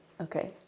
okay